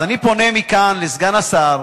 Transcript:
אני פונה מכאן אל סגן השר: